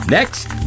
Next